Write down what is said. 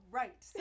right